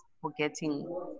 forgetting